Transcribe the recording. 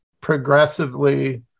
progressively